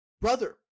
brother